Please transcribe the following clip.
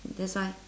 that's why